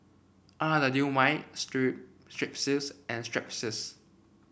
Strepsils and Strepsils